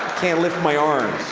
can't lift my arms.